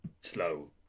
slow